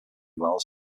wells